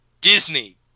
Disney